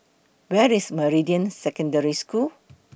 Where IS Meridian Secondary School